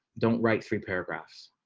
don't write three paragraphs.